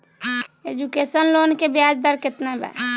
Education loan के ब्याज दर केतना बा?